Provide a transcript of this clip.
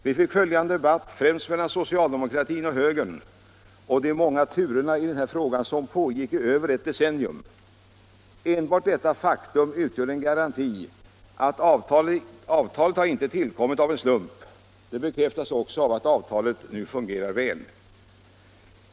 Vi fick följa en debatt - främst mellan socialdemokratin och högern — och de många turerna i denna fråga, som pågick i över ett decennium. Enbart detta faktum utgör en garanti för att avtalet inte tillkommit av en slump. Det bekräftas också av att avtalet nu fungerar väl.